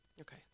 Okay